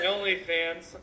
OnlyFans